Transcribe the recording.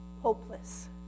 hopeless